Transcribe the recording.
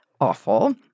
awful—